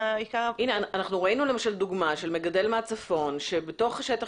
ראינו דוגמה של מגדל מהצפון שבתוך השטח